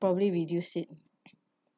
probably reduce it